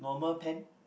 normal pan